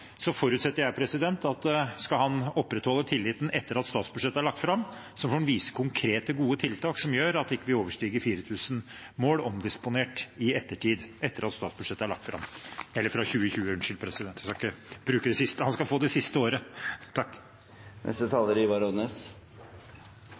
forutsetter jeg at om han skal opprettholde tilliten etter at statsbudsjettet er lagt fram, får han vise konkrete, gode tiltak som gjør at vi ikke overstiger 4 000 mål omdisponert dyrket jord i ettertid etter at statsbudsjettet er lagt fram – eller fra 2020, unnskyld; han skal få det siste året. Det er i seg sjølv utruleg at nasjonalforsamlinga i det